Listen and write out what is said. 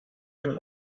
him